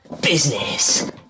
business